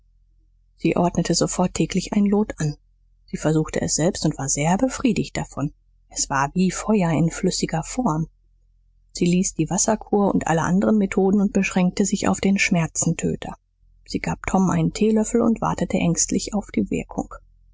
sie ordnete sofort täglich ein lot an sie versuchte es selbst und war sehr befriedigt davon es war wie feuer in flüssiger form sie ließ die wasserkur und alle anderen methoden und beschränkte sich auf den schmerzentöter sie gab tom einen teelöffel und wartete ängstlich auf die wirkung